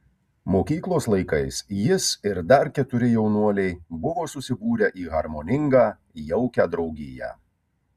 mokyklos laikais jis ir dar keturi jaunuoliai buvo susibūrę į harmoningą jaukią draugiją